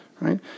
right